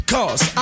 Cause